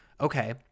okay